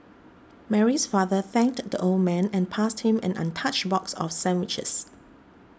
Mary's father thanked the old man and passed him an untouched box of sandwiches